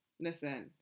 Listen